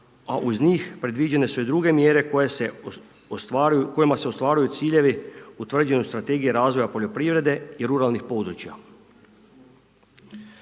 a uz njih predviđene su i druge mjere kojima se ostvaruju ciljevi, utvrđuju strategije razvoja poljoprivrede i ruralnih područja.